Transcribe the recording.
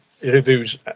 reviews